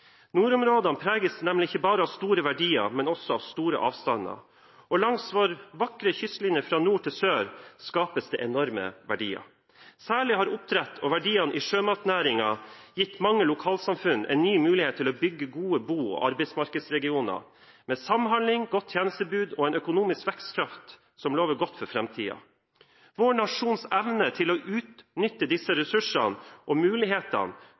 Nordområdene preges nemlig ikke bare av store verdier, men også av store avstander. Langs vår vakre kystlinje – fra nord til sør – skapes det enorme verdier. Særlig har oppdrett og verdiene i sjømatnæringen gitt mange lokalsamfunn en ny mulighet til å bygge gode bo- og arbeidsmarkedsregioner med samhandling, godt tjenestetilbud og en økonomisk vekstkraft som lover godt for framtiden. Vår nasjons evne til å utnytte disse ressursene og mulighetene